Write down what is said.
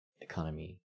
economy